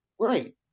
Right